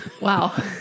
wow